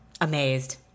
Amazed